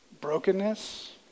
brokenness